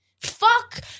Fuck